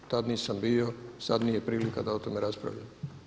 Tad nisam bio, sad nije prilika da o tome raspravljam.